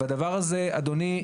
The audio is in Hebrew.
הדבר הזה, אדוני,